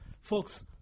folks